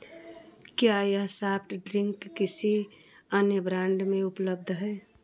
क्या यह soft drink किसी अन्य ब्रांड में उपलब्ध है